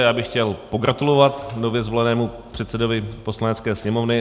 Já bych chtěl pogratulovat nově zvolenému předsedovi Poslanecké sněmovny.